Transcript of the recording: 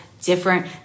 different